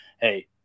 hey